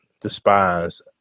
despise